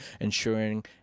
ensuring